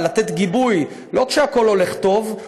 לתת גיבוי לא כשהכול הולך טוב,